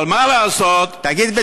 אבל מה לעשות, תגיד בית-שמש.